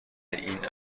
این